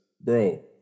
bro